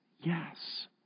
Yes